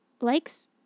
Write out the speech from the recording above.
likes